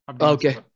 Okay